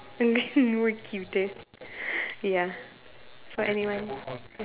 we're cutest ya for anyone